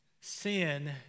sin